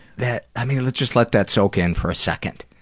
that i mean let's just let that soak in for a second.